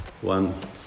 One